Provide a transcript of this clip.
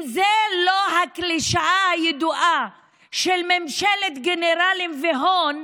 אם זו לא הקלישאה הידועה של ממשלת גנרלים והון,